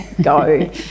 go